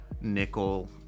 nickel